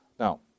Now